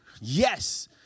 Yes